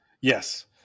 yes